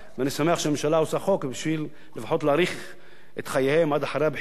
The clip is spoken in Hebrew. אני שמח שהממשלה עושה חוק בשביל לפחות להאריך את חייהן עד אחרי הבחירות,